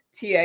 TA